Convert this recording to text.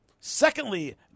Secondly